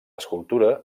escultura